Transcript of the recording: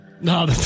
No